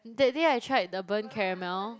that day I tried the burnt caramel